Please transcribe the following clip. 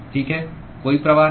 ठीक है कोई प्रवाह नहीं